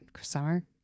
summer